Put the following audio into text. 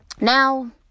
Now